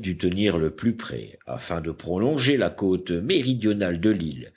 dut tenir le plus près afin de prolonger la côte méridionale de l'île